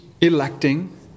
electing